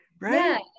Right